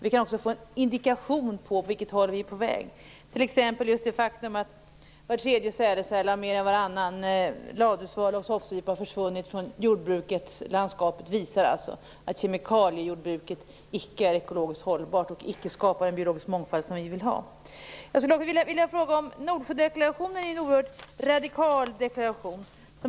Vi kan också få en indikation på vilket håll vi är på väg mot. Det faktum att var tredje sädesärla och mer än varannan ladusvala och tofsvipa har försvunnit från jordbrukslandskapet visar att kemikaliejordbruket inte är ekologiskt hållbart och inte är förenligt med den biologiska mångfald som vi vill ha. Nordsjödeklarationen är en oerhört radikal deklaration.